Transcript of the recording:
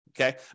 Okay